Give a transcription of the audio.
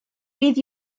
bydd